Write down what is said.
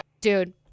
Dude